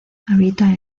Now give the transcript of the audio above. habita